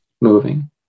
moving